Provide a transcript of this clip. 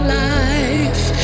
life